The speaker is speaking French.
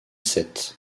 seth